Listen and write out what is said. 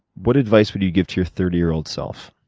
what advice would you give to your thirty year-old self?